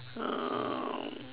um